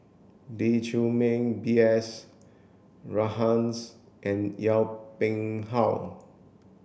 Lee Chiaw Meng B S Rajhans and Yong Pung How